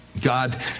God